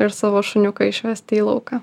ir savo šuniuką išvesti į lauką